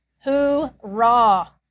Hoorah